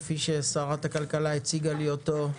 כפי ששרת הכלכלה הציגה לי אותו,